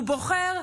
הוא בוחר,